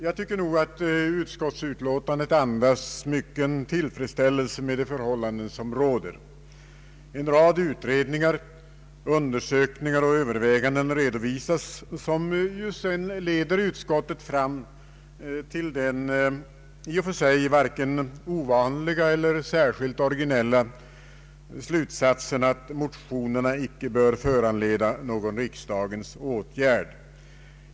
Jag tycker att utskottsutlåtandet andas mycken tillfredsställelse med de förhållanden som råder. En rad utredningar, undersökningar och överväganden redovisas, som sedan leder utskottet fram till den i och för sig varken ovanliga: eller särskilt originella slutsatsen att motionerna icke bör föranleda någon riksdagens åtgärd.